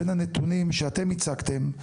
בין הנתונים שאתם הצגתם,